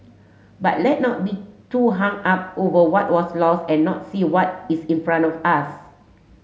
but let not be too hung up over what was lost and not see what is in front of us